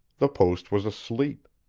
the post was asleep.